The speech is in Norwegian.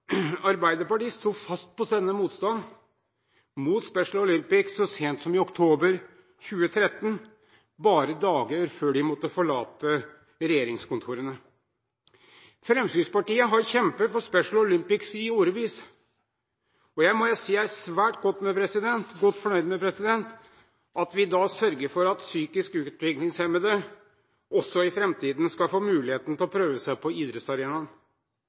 Arbeiderpartiet sto fast på denne motstanden mot Special Olympics så sent som i oktober 2013, bare dager før partiet måtte forlate regjeringskontorene – har Fremskrittspartiet kjempet for Special Olympics i årevis. Jeg må si meg svært godt fornøyd med at vi i dag sørger for at psykisk utviklingshemmede også i framtiden skal få muligheten til å prøve seg på idrettsarenaen.